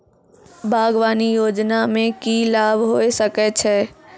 बागवानी योजना मे की लाभ होय सके छै?